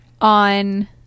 on